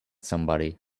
somebody